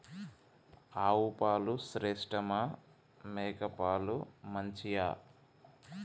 ఆవు పాలు శ్రేష్టమా మేక పాలు మంచియా?